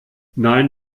nein